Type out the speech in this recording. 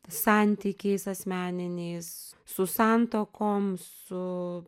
santykiais asmeniniais su santuokom su